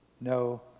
no